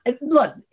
Look